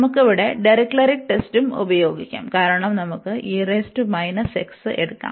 നമുക്ക് ഇവിടെ ഡിറിക്ലെറ്റ് ടെസ്റ്റും ഉപയോഗിക്കാം കാരണം നമുക്ക് എടുക്കാം